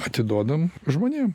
atiduodam žmonėm